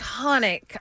iconic